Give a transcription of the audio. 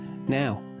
Now